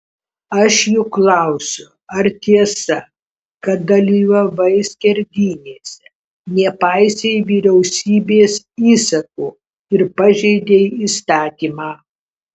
aš juk klausiu ar tiesa kad dalyvavai skerdynėse nepaisei vyriausybės įsako ir pažeidei įstatymą